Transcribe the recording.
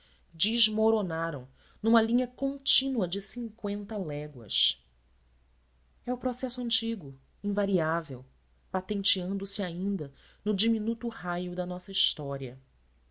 desmoronaram numa linha contínua de cinqüenta léguas é o processo antigo invariável patenteando se ainda no diminuto raio da nossa história